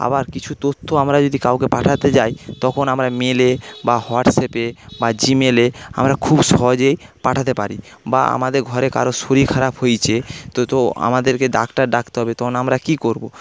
আবার কিছু তথ্য আমরা যদি কাউকে পাঠাতে যাই তখন আমরা মেলে বা হোয়াটসঅ্যাপে বা জিমেলে আমরা খুব সহজেই পাঠাতে পারি বা আমাদের ঘরে কারো শরীর খারাপ হইছে তো তো আমাদেরকে ডাক্তার ডাকতে হবে তখন আমরা কি করবো